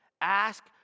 Ask